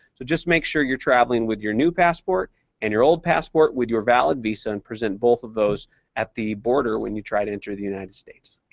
so just make sure you're traveling with your new passport and your old passport with your valid visa, and present both of those at the border when you try to enter the united states.